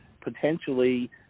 potentially